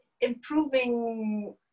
improving